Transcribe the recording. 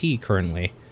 currently